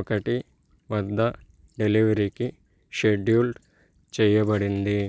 ఒకటి వద్ద డెలివరీకి షెడ్యూల్ చేయబడింది